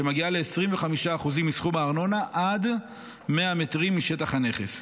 שמגיעה ל-25% מסכום הארנונה עד 100 מטרים משטח הנכס.